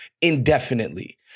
indefinitely